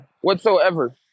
whatsoever